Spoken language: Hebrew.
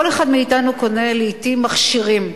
כל אחד מאתנו קונה, לעתים, מכשירים.